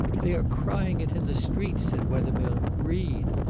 they are crying it in the streets, said wethermill. read!